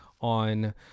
On